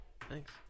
Thanks